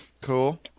Cool